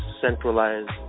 centralized